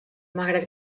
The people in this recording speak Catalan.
malgrat